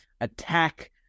attack